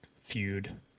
feud